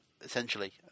essentially